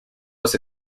was